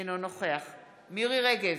אינו נוכח מירי מרים רגב,